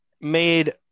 made